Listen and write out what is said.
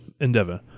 endeavor